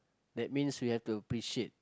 that means we have to appreciate